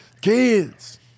Kids